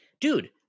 Dude